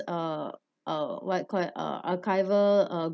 uh what called it uh archival uh